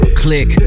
click